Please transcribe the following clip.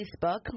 Facebook